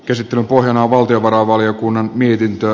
käsittelyn pohjana on valtiovarainvaliokunnan mietintö